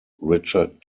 richard